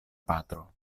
patro